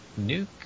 nuke